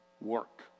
work